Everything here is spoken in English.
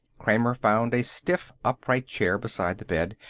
kramer found a stiff upright chair beside the bed.